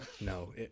No